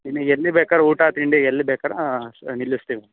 ಇಲ್ಲಿ ಎಲ್ಲಿ ಬೇಕಾದ್ರ್ ಊಟ ತಿಂಡಿ ಎಲ್ಲಿ ಬೇಕಾದ್ರ್ ನಿಲ್ಲಿಸ್ತೀವಿ